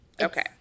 okay